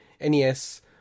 NES